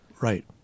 Right